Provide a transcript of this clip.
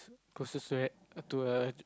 closest to a